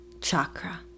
chakra